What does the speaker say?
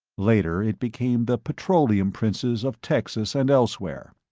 later it became the petroleum princes of texas and elsewhere,